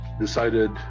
decided